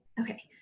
Okay